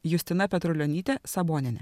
justina petrulionytė sabonienė